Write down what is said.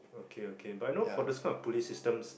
okay okay but I know for this kind of pulley systems